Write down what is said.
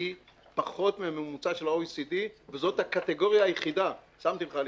פחות מהממוצע של ה-OECD וזאת הקטגוריה היחידה שמתי לך,